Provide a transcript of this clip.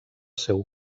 seu